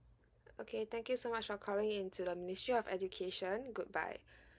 okay thank you so much for calling into the ministry of education goodbye